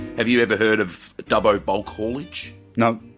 have you ever heard of dubbo bulk haulage? no.